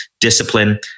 discipline